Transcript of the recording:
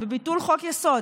בביטול חוק-יסוד.